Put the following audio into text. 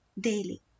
daily